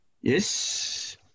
Yes